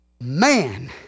man